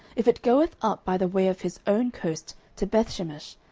if it goeth up by the way of his own coast to bethshemesh,